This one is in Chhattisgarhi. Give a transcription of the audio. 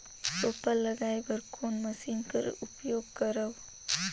रोपा लगाय बर कोन मशीन कर उपयोग करव?